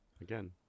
again